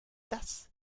das